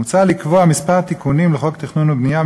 מוצע לקבוע כמה תיקונים בחוק התכנון והבנייה,